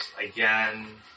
again